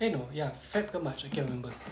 eh no ya five ke march I can't remember